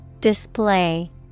Display